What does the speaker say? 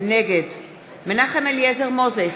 נגד מנחם אליעזר מוזס,